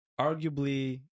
arguably